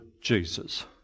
Jesus